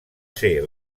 ser